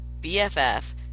BFF